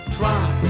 try